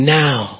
now